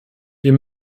wir